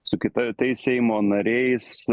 su kita tai seimo nariais